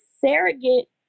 surrogate